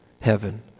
heaven